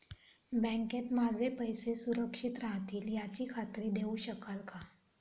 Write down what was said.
बँकेत माझे पैसे सुरक्षित राहतील याची खात्री देऊ शकाल का?